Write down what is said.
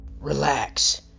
Relax